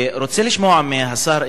אני רוצה לשמוע מהשר,